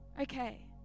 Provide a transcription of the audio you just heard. Okay